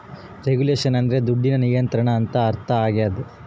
regulation ಅಂದ್ರೆ ದುಡ್ಡಿನ ನಿಯಂತ್ರಣ ಅಂತ ಅರ್ಥ ಆಗ್ಯದ